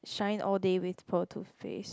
shine all day with pro toothpaste